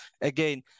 again